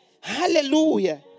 Hallelujah